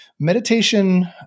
meditation